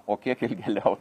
o kiek ilgėliau